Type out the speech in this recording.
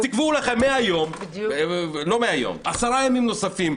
אז תקבעו לכם עשרה ימים נוספים,